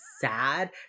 sad